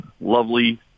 lovely